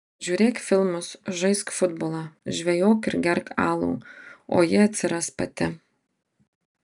žiūrėk filmus žaisk futbolą žvejok ir gerk alų o ji atsiras pati